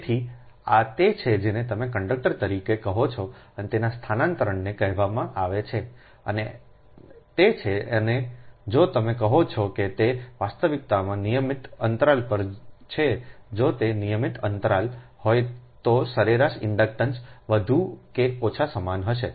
તેથી આ તે છે જેને તમે કન્ડક્ટર તરીકે કહો છો તેના સ્થાનાંતરણને કહેવામાં આવે છે અને તે છે અને જો તમે કહો છો કે તે વાસ્તવિકતામાં નિયમિત અંતરાલ પર છે જો તે નિયમિત અંતરાલ હોય તો સરેરાશ ઇન્ડક્ટન્સ વધુ કે ઓછા સમાન હશે